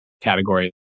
category